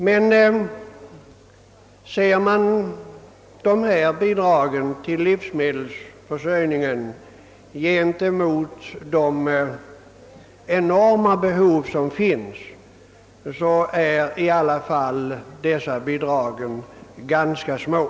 Men ser man bidragen till livsmedelsförsörjningen i förhållande till de enorma behov som finns, så är dessa bidrag i alla fall ganska små.